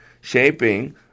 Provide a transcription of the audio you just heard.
Shaping